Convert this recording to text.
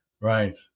Right